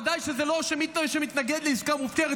ודאי שזה לא מי שמתנגד לעסקה מופקרת,